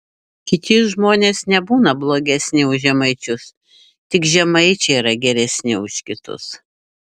kiti žmonės nebūna blogesni už žemaičius tik žemaičiai yra geresni už kitus